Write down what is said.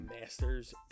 Masters